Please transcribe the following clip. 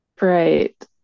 Right